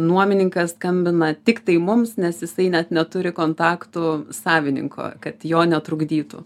nuomininkas skambina tiktai mums nes jisai net neturi kontaktų savininko kad jo netrukdytų